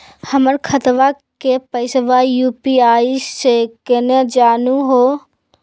हमर खतवा के पैसवा यू.पी.आई स केना जानहु हो?